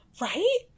right